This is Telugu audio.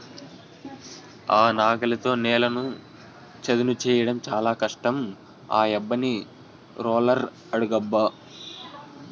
ఆ నాగలితో నేలను చదును చేయడం చాలా కష్టం ఆ యబ్బని రోలర్ అడుగబ్బా